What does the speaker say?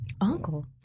Uncle